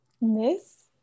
miss